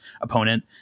opponent